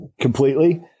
completely